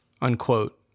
unquote